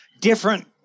different